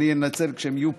אז אני אנצל כשהם יהיו פה,